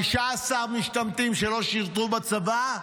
15 משתמטים שלא שירתו בצבא,